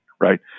right